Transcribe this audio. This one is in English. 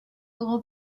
all